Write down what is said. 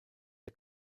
der